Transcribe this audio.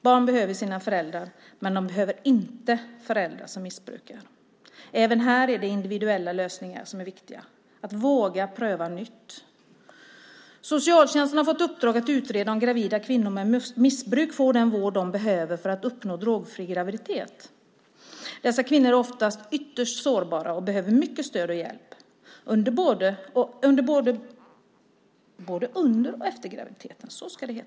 Barn behöver sina föräldrar, men de behöver inte föräldrar som missbrukar. Även här är det individuella lösningar som är viktiga - att våga pröva nytt. Socialtjänsten har fått i uppdrag att utreda om gravida kvinnor med missbruk får den vård de behöver för att uppnå en drogfri graviditet. Dessa kvinnor är oftast ytterst sårbara, och de behöver mycket stöd och hjälp både under och efter graviditeten.